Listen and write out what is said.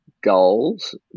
goals